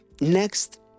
Next